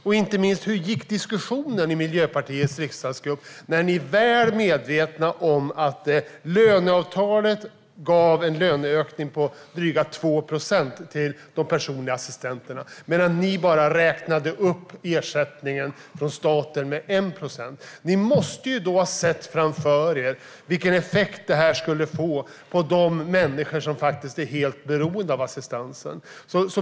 Och inte minst: Hur gick diskussionen i Miljöpartiets riksdagsgrupp när ni var väl medvetna om att löneavtalet gav en löneökning på drygt 2 procent till de personliga assistenterna, medan ersättningen från staten räknades upp med bara 1 procent? Ni måste då ha sett framför er vilken effekt detta skulle få på de människor som faktiskt är helt beroende av assistansen.